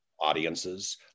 audiences